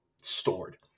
stored